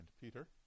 Peter